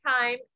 time